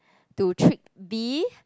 to trick B